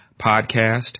podcast